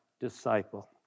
disciple